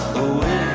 away